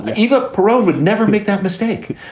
but even perot would never make that mistake